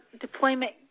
deployment